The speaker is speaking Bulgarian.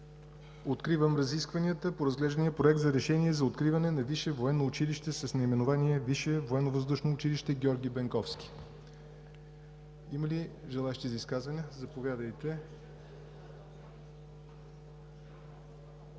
Откривам разискванията по разглеждания Проект на решение за откриване на висше военно училище с наименование „Висше военновъздушно училище „Георги Бенковски“. Има ли желаещи за изказване? Заповядайте,